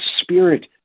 Spirit